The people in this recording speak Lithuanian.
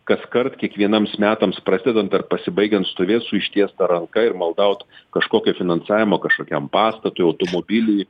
kaskart kiekvieniems metams prasidedant ar pasibaigiant stovėt su ištiesta ranka ir maldaut kažkokio finansavimo kažkokiam pastatui automobiliui